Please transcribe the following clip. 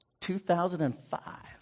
2005